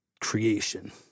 creation